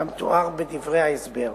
כמתואר בדברי ההסבר.